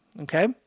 Okay